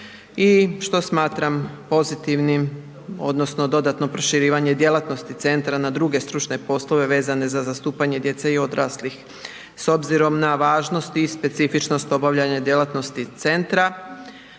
što smatram pozitivnim odnosno dodatno proširivanje djelatnosti centra na druge stručne poslove vezane za zastupanje djece i odraslih. S obzirom na važnost i specifičnost obavljanja djelatnosti centra